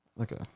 Okay